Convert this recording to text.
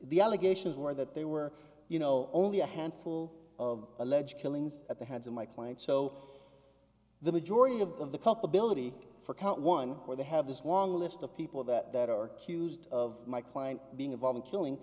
the allegations were that they were you know only a handful of alleged killings at the hands of my client so the majority of the culpability for count one where they have this long list of people that are accused of my client being involving killing